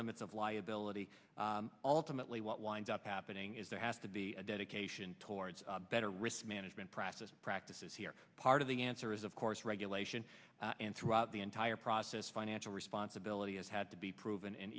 limits of liability ultimately what winds up happening is there has to be a dedication towards better risk management process practices here part of the answer is of course regulation and throughout the entire process financial responsibility has had to be proven and